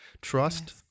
Trust